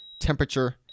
temperature